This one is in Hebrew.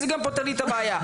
וזה גם פותר לי את הבעיה.